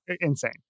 insane